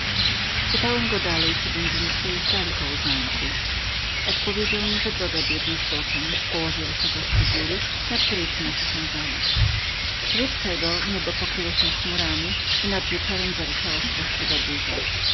pytałem go dalej czy będziemy przejeżdżali koło zamku odpowiedział mi że niebawem dostaniemy się na ścieżkę prowadzącą przez środek góry śród tego niebo pokryło się chmurami i nad wieczorem zaryczała straszliwa burza